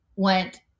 went